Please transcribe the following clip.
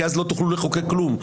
כי אז לא תוכלו לחוקק כלום,